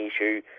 issue